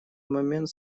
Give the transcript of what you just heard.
момент